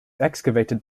excavated